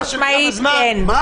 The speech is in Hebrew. חד-משמעית כן.